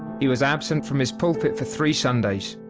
he was absent from his pulpit for three sundays.